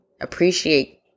appreciate